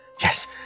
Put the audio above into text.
yes